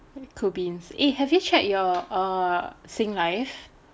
cool beans eh have you checked your err singlife